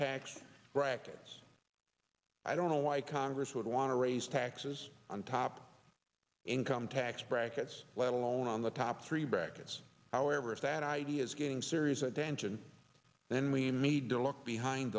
tax brackets i don't know why congress would want to raise taxes on top income tax brackets let alone on the top three brackets however if that idea is getting serious attention then we need to look behind